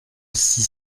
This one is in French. six